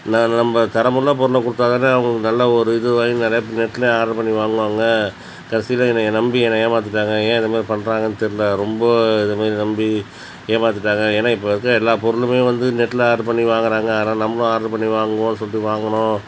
நான் நம்ம தரம் உள்ள பொருளை கொடுத்தா தானே அவங்களுக்கு நல்ல ஒரு இது நிறைய நெட்டில் ஆர்ட்ரு பண்ணி வாங்குவாங்க கடைசியில் என்னைய நம்பி என்னை ஏமாற்றிட்டாங்க ஏன் இது மாரி பண்றாங்கன்னு தெரில ரொம்ப இது மாரி நம்பி ஏமாத்திட்டாங்க ஏன்னா இப்போ இருக்க எல்லா பொருளும் வந்து நெட்டில் ஆர்ட்ரு பண்ணி வாங்குறாங்க ஆனால் நம்மளும் ஆர்ட்ரு பண்ணி வாங்குவோம் சொல்லிட்டு வாங்கினோம்